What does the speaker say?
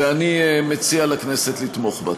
ואני מציע לכנסת לתמוך בה.